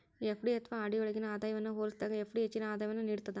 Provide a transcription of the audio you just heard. FD ಅಥವಾ RD ಯೊಳ್ಗಿನ ಆದಾಯವನ್ನ ಹೋಲಿಸಿದಾಗ ಎಫ್.ಡಿ ಹೆಚ್ಚಿನ ಆದಾಯವನ್ನು ನೇಡ್ತದ